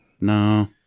No